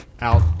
out